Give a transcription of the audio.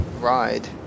ride